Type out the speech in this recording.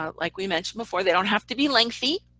um like we mentioned before, they don't have to be lengthy.